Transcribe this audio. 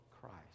Christ